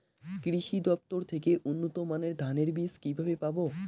কৃষি দফতর থেকে উন্নত মানের ধানের বীজ কিভাবে পাব?